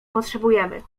potrzebujemy